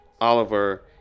Oliver